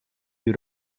due